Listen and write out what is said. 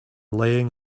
laying